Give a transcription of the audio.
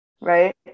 right